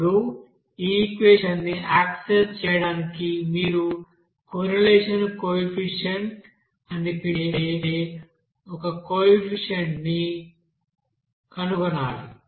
ఇప్పుడు ఈ ఈక్వెషన్ ని యాక్సెస్ చేయడానికి మీరు కొర్రెలేషన్ కోఎఫిసిఎంట్ అని పిలువబడే ఒక కోఎఫిషియెంట్ ని కనుగొనాలి